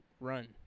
run